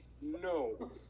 No